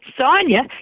Sonia